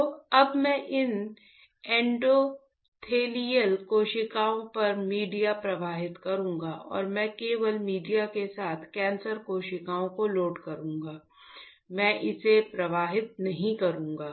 तो अब मैं इन एंडोथेलियल कोशिकाओं पर मीडिया प्रवाहित करूंगा और मैं केवल मीडिया के साथ कैंसर कोशिकाओं को लोड करूंगा मैं इसे प्रवाहित नहीं करूंगा